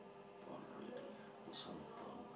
gone already gone this one gone